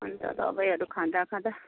अन्त दबाईहरू खाँदा खाँदा